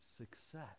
success